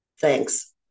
Thanks